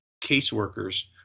caseworkers